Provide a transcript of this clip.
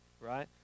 right